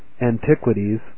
Antiquities